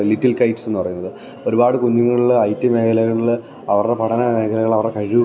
little കൈറ്റ്സെന്നു പറയുന്നത് ഒരുപാടു കുഞ്ഞുങ്ങളില് ഐ ടി മേഖലകളില് അവരുടെ പഠന മേഖലകൾ അവരുടെ കഴിവു കാണിക്കാൻ